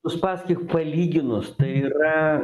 uspaskich palyginus tai yra